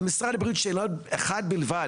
למשרד הבריאות שאלה אחת בלבד,